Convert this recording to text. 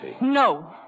No